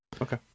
Okay